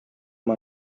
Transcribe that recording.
oma